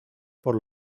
por